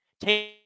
Take